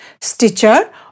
Stitcher